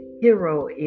hero